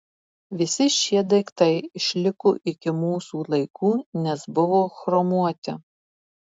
visi šie daiktai išliko iki mūsų laikų nes buvo chromuoti